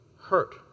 hurt